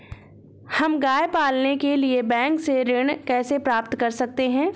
हम गाय पालने के लिए बैंक से ऋण कैसे प्राप्त कर सकते हैं?